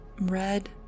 Red